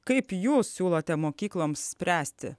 kaip jūs siūlote mokykloms spręsti